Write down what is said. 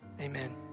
amen